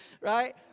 right